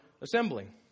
assembling